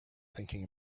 thinking